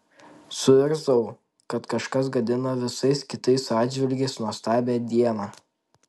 suirzau kad kažkas gadina visais kitais atžvilgiais nuostabią dieną